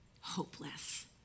hopeless